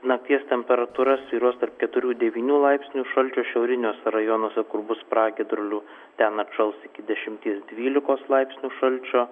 nakties temperatūra svyruos tarp keturių devynių laipsnių šalčio šiauriniuose rajonuose kur bus pragiedrulių ten atšals iki dešimties dvylikos laipsnių šalčio